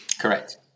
Correct